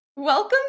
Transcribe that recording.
Welcome